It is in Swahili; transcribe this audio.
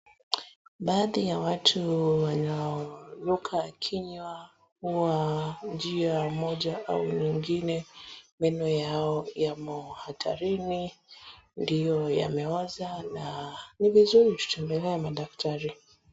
Baadhi ya watu wanaonuka kinywa kwa njia moja au nyingine meno yao imo hatarini, ndio yameoza na ni vizuri kutembelea madaktari.